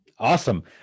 Awesome